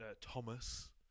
Thomas